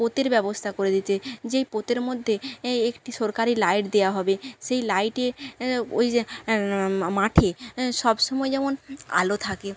পোতের ব্যবস্থা করে দিতে যেই পোতের মধ্যে একটি সরকারি লাইট দেওয়া হবে সেই লাইটে ওই যে মা মাঠে সব সময় যেমন আলো থাকে